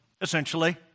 essentially